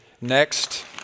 Next